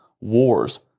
wars